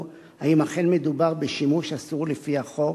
אם אכן מדובר בשימוש אסור לפי החוק,